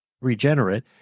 regenerate